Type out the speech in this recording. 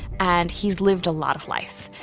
and he's lived a lot of life.